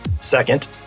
Second